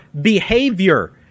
behavior